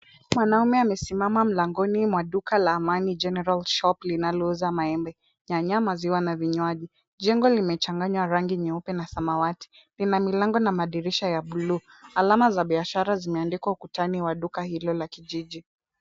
Mwanaume amesimama mlangoni mwa duka la Amani General Shop linalouza maembe, nyanya maziwa na vinywaji. Jengo limechanganya rangi nyeupe na samawati, lina milango na madirisha ya buluu. Alama za biashara zimeandikwa ukutani wa duka hilo la kijiji.